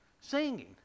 Singing